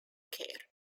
care